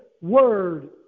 word